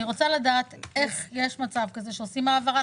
אני רוצה לדעת איך יש מצב שעושים העברה